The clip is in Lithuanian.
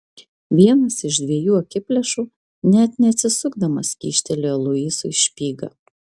vienas iš dviejų akiplėšų net neatsisukdamas kyštelėjo luisui špygą